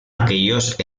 aquellos